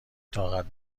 طاقت